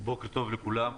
בוקר טוב לכולם.